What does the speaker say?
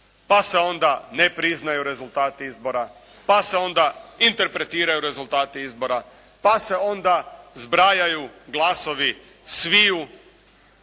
pa se onda ne priznaju rezultati izbora, pa se onda interpretiraju rezultati izbora, pa se onda zbrajaju glasovi sviju,